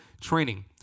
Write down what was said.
training